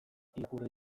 irakurri